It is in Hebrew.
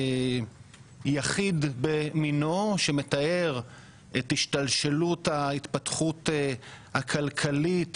יחיד במינו, שמתאר את השתלשלות ההתפתחות הכלכלית